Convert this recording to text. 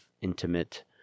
intimate